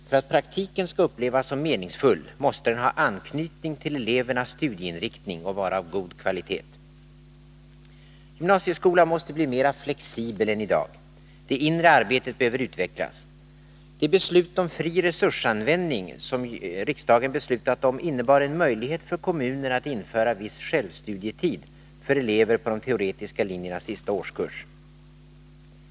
För att praktiken skall upplevas som meningsfull måste den ha anknytning till elevernas studieinriktning och vara av god kvalitet. Gymnasieskolan måste bli mera flexibel än i dag. Det inre arbetet behöver utvecklas. Det beslut om fri resursanvändning som riksdagen fattat innebar en möjlighet för kommunerna att införa viss självstudietid för elever på de teoretiska linjernas sista årskurs.